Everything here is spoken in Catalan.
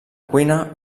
cuina